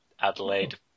Adelaide